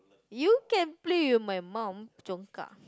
you can play with my mum Congkak